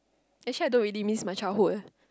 actually I don't really miss my childhood eh